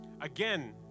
Again